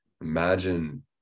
imagine